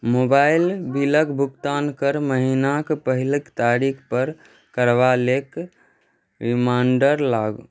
mobile बिलक भुगतान हर महिनाक पहिल तारीख पर करबा लेल रिमाइंडर लगाउ